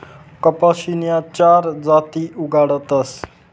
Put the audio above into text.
कपाशीन्या चार जाती उगाडतस